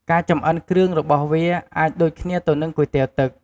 ការចម្អិនគ្រឿងរបស់វា អាចដូចគ្នាទៅនឹងគុយទាវទឹក។